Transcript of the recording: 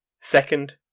Second